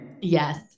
Yes